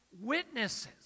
witnesses